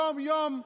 יום-יום,